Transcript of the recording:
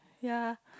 ya